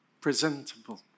presentable